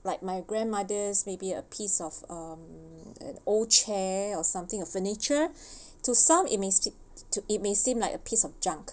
like my grandmother's maybe a piece of um uh an old chair or something uh furniture to some it may stick to it may seem like a piece of junk